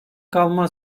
kalma